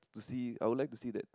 to see I'll like to see that